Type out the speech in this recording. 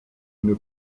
une